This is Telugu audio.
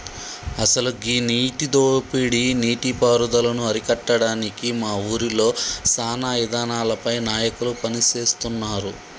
అసలు గీ నీటి దోపిడీ నీటి పారుదలను అరికట్టడానికి మా ఊరిలో సానా ఇదానాలపై నాయకులు పని సేస్తున్నారు